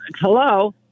hello